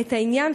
את העניין.